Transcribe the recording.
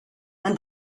and